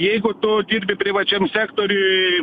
jeigu tu dirbi privačiam sektoriuj